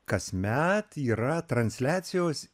kasmet yra transliacijos